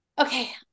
okay